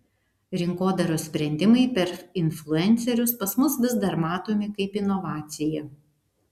rinkodaros sprendimai per influencerius pas mus vis dar matomi kaip inovacija